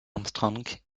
armstrong